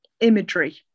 imagery